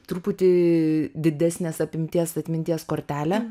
truputį didesnės apimties atminties kortelę